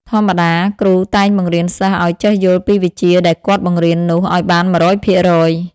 ធម្មតា គ្រូតែងបង្រៀនសិស្សឲ្យចេះយល់ពីវិជ្ជាដែលគាត់បង្រៀននោះ ឲ្យបាន១០០ភាគរយ ។